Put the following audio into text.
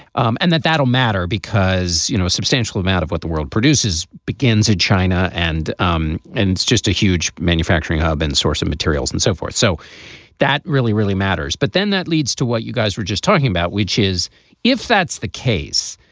um and that that'll matter because, you know, a substantial amount of what the world produces begins in china and um and it's just a huge manufacturing hub and source of materials and so forth. so that really, really matters. but then that leads to what you guys were just talking about, which is if that's the case,